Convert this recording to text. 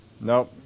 Nope